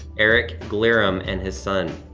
eric glerum and his son,